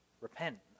repent